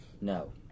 No